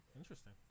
Interesting